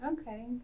Okay